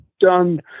done